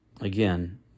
Again